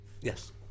Yes